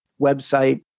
website